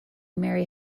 marry